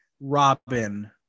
Robin